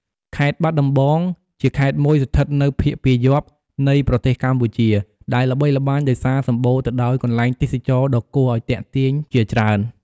ខេត្តបាត់ដំបងជាខេត្តមួយស្ថិតនៅភាគពាយព្យនៃប្រទេសកម្ពុជា ដែលល្បីល្បាញដោយសារសម្បូរទៅដោយកន្លែងទេសចរណ៍ដ៏គួរឱ្យទាក់ទាញជាច្រើន។